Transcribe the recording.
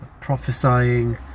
prophesying